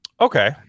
okay